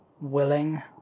willing